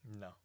No